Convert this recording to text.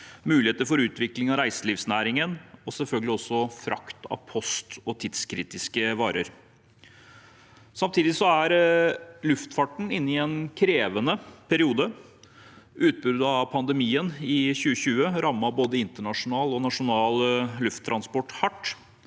muligheter for utvikling av reiselivsnæringen og selvfølgelig også frakt av post og tidskritiske varer. Samtidig er luftfarten inne i en krevende periode. Utbruddet av pandemien i 2020 rammet både internasjonal og nasjonal lufttransport hardt.